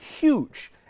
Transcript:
huge